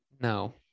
No